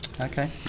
okay